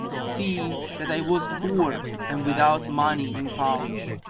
seeing that i was poor and without money in pouch.